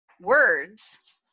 words